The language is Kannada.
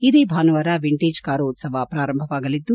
ಇದೇ ಭಾನುವಾರ ವಿಂಟೆಜ್ ಕಾರು ಉತ್ಸವ ಪ್ರಾರಂಭವಾಗಲಿದ್ದು